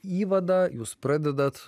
įvadą jūs pradedat